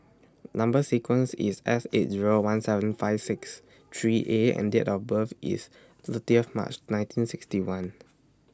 Number sequence IS S eight Zero one seven five six three A and Date of birth IS thirty of March nineteen sixty one